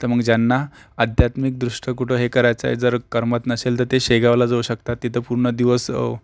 तर मग ज्यांना आध्यात्मिकदृष्ट्या कुठं हे करायचं आहे जर करमत नसेल तर ते शेगावला जाऊ शकतात तिथं पूर्ण दिवस